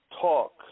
talk